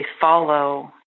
follow